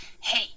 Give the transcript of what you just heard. Hey